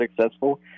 successful